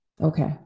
Okay